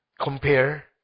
compare